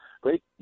Great